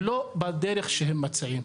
ולא בדרך שהם מציעים.